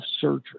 surgery